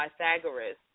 Pythagoras